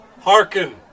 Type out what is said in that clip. hearken